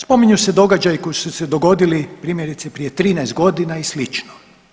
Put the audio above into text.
Spominju se događaji koji su se dogodili primjerice prije 13 godina i slično.